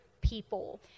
people